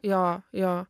jo jo